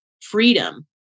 freedom